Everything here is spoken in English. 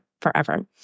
Forever